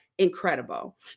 incredible